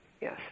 yes